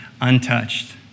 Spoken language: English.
untouched